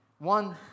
One